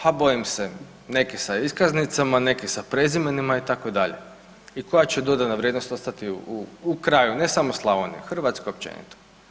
Ha bojim se neki sa iskaznicama, neki sa prezimenima itd. i koja će dodana vrijednost ostati u kraju, ne samo Slavoniji, u Hrvatskoj općenito?